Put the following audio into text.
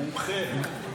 מומחה.